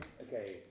Okay